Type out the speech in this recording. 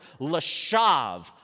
lashav